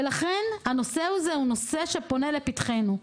ולכן הנושא הזה הוא נושא שפונה לפתחנו.